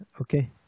Okay